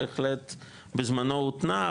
בהחלט בזמנו הותנה,